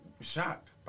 shocked